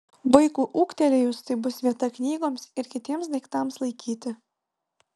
vaikui ūgtelėjus tai bus vieta knygoms ir kitiems daiktams laikyti